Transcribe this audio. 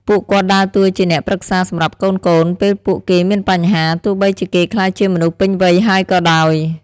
ពួកគាត់ដើរតួជាអ្នកប្រឹក្សាសម្រាប់កូនៗ ពេលពួកគេមានបញ្ហា ទោះបីជាគេក្លាយជាមនុស្សពេញវ័យហើយក៏ដោយ។